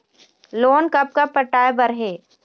Loan कब कब पटाए बर हे?